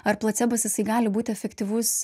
ar placebas jisai gali būt efektyvus